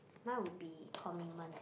mine would be commitment eh